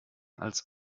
als